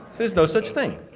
there's no such thing.